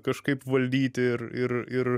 kažkaip valdyti ir ir ir